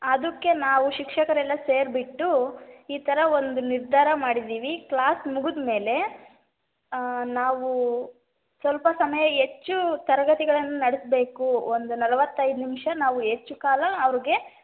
ಅದಕ್ಕೆ ನಾವು ಶಿಕ್ಷಕರೆಲ್ಲ ಸೇರಿಬಿಟ್ಟು ಈ ಥರ ಒಂದು ನಿರ್ಧಾರ ಮಾಡಿದ್ದೀವಿ ಕ್ಲಾಸ್ ಮುಗಿದ್ಮೇಲೆ ನಾವು ಸ್ವಲ್ಪ ಸಮಯ ಹೆಚ್ಚು ತರಗತಿಗಳನ್ನು ನಡೆಸ್ಬೇಕು ಒಂದು ನಲವತ್ತೈದು ನಿಮಿಷ ನಾವು ಹೆಚ್ಚು ಕಾಲ ಅವ್ರಿಗೆ